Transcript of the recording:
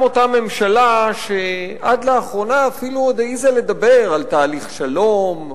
גם אותה ממשלה שעד לאחרונה אפילו עוד העזה לדבר על תהליך שלום.